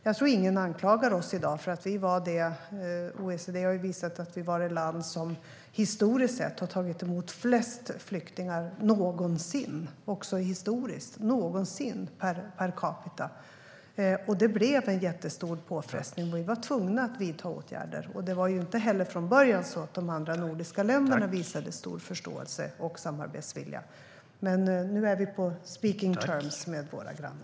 Jag tror inte att någon anklagar oss i dag. OECD har visat att Sverige var det land som historiskt sett har tagit emot flest flyktingar någonsin per capita. Det blev en stor påfrestning. Vi var tvungna att vidta åtgärder. Det var inte heller från början så att de andra nordiska länderna visade stor förståelse och samarbetsvilja. Men nu är vi på speaking terms med våra grannar.